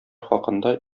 хакында